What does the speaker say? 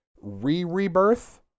re-rebirth